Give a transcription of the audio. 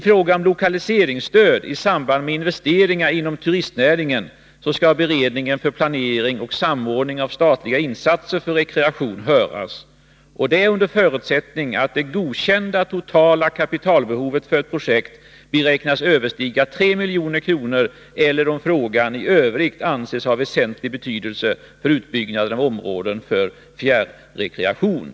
I fråga om lokaliseringsstöd i samband med investeringar inom turistnäringen skall beredningen för planering och samordning av statliga insatser för rekreation höras, under förutsättning att det godkända totala kapitalbehovet för ett projekt beräknas överstiga 3 milj.kr. eller om frågan i övrigt anses ha väsentlig betydelse för utbyggnaden av områden för fjärrekreation.